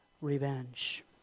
revenge